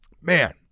man